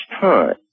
time